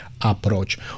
approach